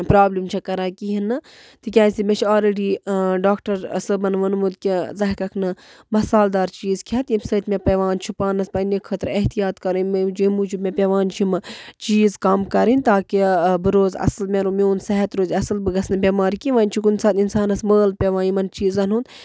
problem چھےٚ کَران کِہیٖنۍ نہٕ تِکیٛاز تہِ مےٚ چھِ آلرٔڈی ڈاکٹَر صٲبَن ووٚنمُت کہِ ژٕ ہٮ۪کَکھ نہٕ مصالدار چیٖز کھٮ۪تھ ییٚمۍ سۭتۍ مےٚ پٮ۪وان چھُ پانَس پنٛنہِ خٲطرٕ احتیاط کَرُن ییٚمۍ موٗجوٗب مےٚ پٮ۪وان چھِ یِمہٕ چیٖز کَم کَرٕنۍ تاکہِ بہٕ روزٕ اَصٕل مےٚ میون صحت روزِ اَصٕل بہٕ گژھ نہٕ بٮ۪مار کیٚنٛہہ وۄنۍ چھُ کُنۍ ساتہٕ اِنسانَس مٲل پٮ۪وان یِمَن چیٖزَن ہُنٛد